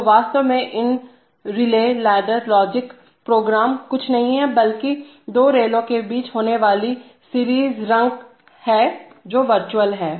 तो वास्तव में इन रिले लैडर लॉजिक प्रोग्राम कुछ नहीं बल्कि दो रेलों के बीच होने वाली एक सीरीज रंग है जो वर्चुअल हैं